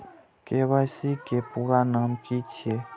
KYC के पूरा नाम की छिय?